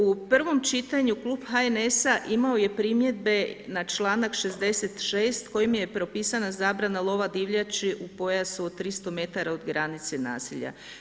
U prvom čitanju klub HNS-a imao je primjedbe na članak 66. kojim je propisana zabrana lova divljači u pojasu od 300 metara od granice naselja.